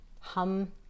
hum